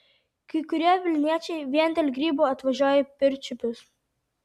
kai kurie vilniečiai vien dėl grybų atvažiuoja į pirčiupius